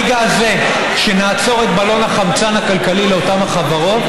ברגע הזה שנעצור את בלון החמצן הכלכלי לאותן החברות,